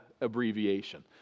abbreviation